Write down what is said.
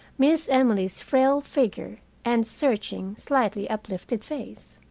miss emily's frail figure and searching, slightly uplifted face.